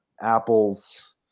Apple's